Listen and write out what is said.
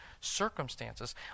circumstances